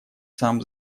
сам